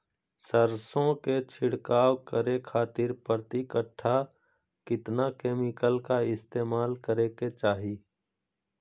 सरसों के छिड़काव करे खातिर प्रति कट्ठा कितना केमिकल का इस्तेमाल करे के चाही?